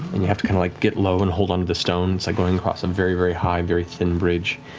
and you have to kind of like get low and hold onto the stone. it's like going across a and very very high, very thin bridge,